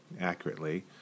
accurately